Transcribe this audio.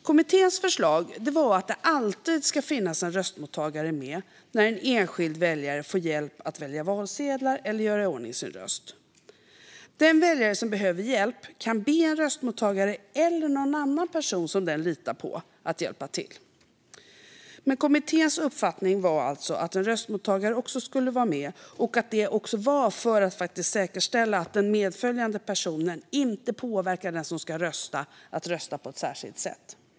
Kommitténs förslag var att det alltid ska finnas en röstmottagare med när en enskild väljare får hjälp att välja valsedlar eller göra i ordning sin röst. Den väljare som behöver hjälp kan be en röstmottagare eller någon annan person som den litar på att hjälpa till. Men kommitténs uppfattning var att en röstmottagare också skulle vara med och att det var för att säkerställa att den medföljande personen inte påverkar den som ska rösta att rösta på ett särskilt sätt.